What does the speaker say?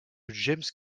james